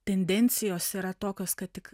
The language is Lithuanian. tendencijos yra tokios kad tik